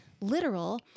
literal